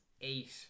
eight